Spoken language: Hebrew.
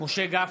משה גפני,